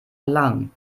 lang